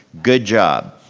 good job.